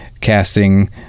casting